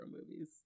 movies